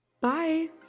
Bye